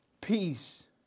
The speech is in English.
peace